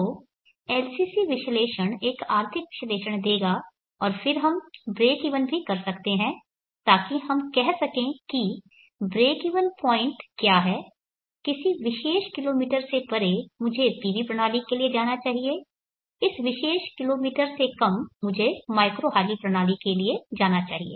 तो LCC विश्लेषण एक आर्थिक विश्लेषण देगा और फिर हम ब्रेक ईवन भी कर सकते हैं ताकि हम कह सकें कि ब्रेक ईवन पॉइंट क्या है किसी विशेष किलोमीटर से परे मुझे PV प्रणाली के लिए जाना चाहिए इस विशेष किलोमीटर से कम मुझे माइक्रो हाइडल प्रणाली के लिए जाना चाहिए